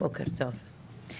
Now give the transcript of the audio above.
בוקר טוב לכולם,